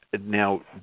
Now